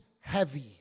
heavy